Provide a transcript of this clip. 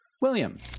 William